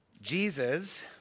Jesus